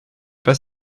pas